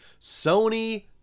sony